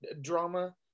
drama